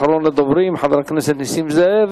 אחרון הדוברים, חבר הכנסת נסים זאב.